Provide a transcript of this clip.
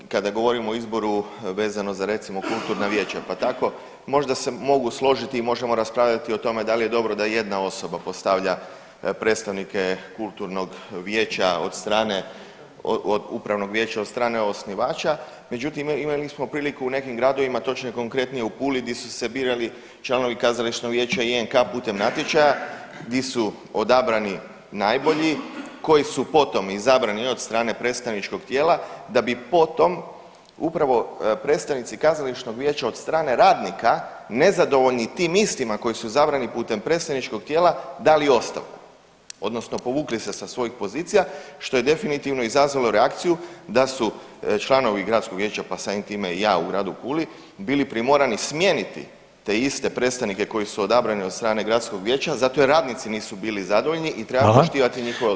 Kada govorimo o izboru vezimo za recimo kulturna vijeća, pa tako možda se mogu složiti i možemo raspravljati o tome da li je dobro da jedna osoba postavlja predstavnike kulturnog vijeća od strane, od upravnog vijeća od strane osnivača, međutim imali smo priliku u nekim gradovima, točnije i konkretnije u Puli di su se birali članovi kazališnog vijeća i NK putem natječaja di su odabrani najbolji koji su potom izabrani i od strane predstavničkog tijela, da bi potom upravo predstavnici kazališnog vijeća od strane radnika nezadovoljni tim istima koji su izabrani putem predstavničkog tijela dali ostavku odnosno povukli se sa svojih pozicija što je definitivno izazvalo reakciju da su članovi gradskog vijeća, pa samim time i ja u gradu Puli bili primorani smijeniti te iste predstavnike koji su odabrani od strane gradskog vijeća zato jer radnici nisu bili zadovoljni i treba poštivati njihove odluke.